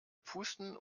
pusten